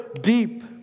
deep